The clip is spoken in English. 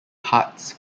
hearts